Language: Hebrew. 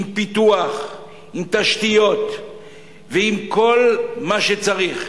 עם פיתוח, עם תשתיות ועם כל מה שצריך,